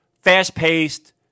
fast-paced